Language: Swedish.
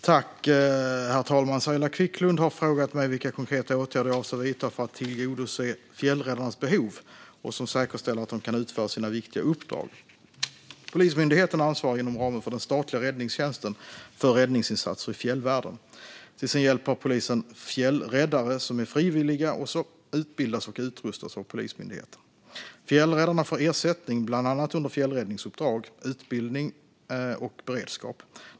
Herr talman! Saila Quicklund har frågat mig vilka konkreta åtgärder jag avser att vidta för att tillgodose fjällräddarnas behov och som säkerställer att de kan utföra sina viktiga uppdrag. Polismyndigheten ansvarar inom ramen för den statliga räddningstjänsten för räddningsinsatser i fjällvärlden. Till sin hjälp har polisen fjällräddare, som är frivilliga och som utbildas och utrustas av Polismyndigheten. Fjällräddarna får ersättning bland annat under fjällräddningsuppdrag, utbildning och beredskap.